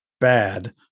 bad